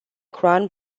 crown